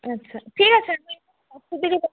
আচ্ছা ঠিক আছে অসুবিধে হবে